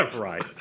Right